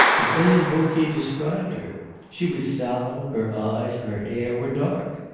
but helene vauquier described her she was sallow her eyes, her hair, were dark.